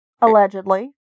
Allegedly